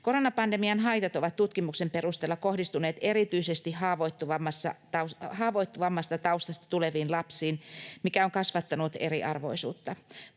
Koronapandemian haitat ovat tutkimuksen perusteella kohdistuneet erityisesti haavoittuvammasta taustasta tuleviin lapsiin, mikä on kasvattanut eriarvoisuutta.